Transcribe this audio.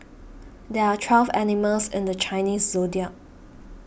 there are twelve animals in the Chinese zodiac